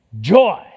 joy